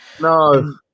no